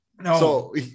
No